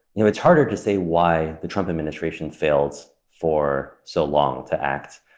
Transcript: you know it's harder to say why the trump administration failed for so long to act.